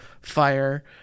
fire